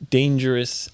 dangerous